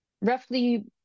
roughly